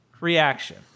reaction